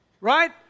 Right